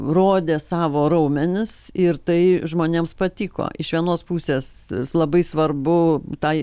rodė savo raumenis ir tai žmonėms patiko iš vienos pusės labai svarbu tai